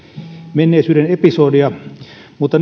menneisyyden episodia mutta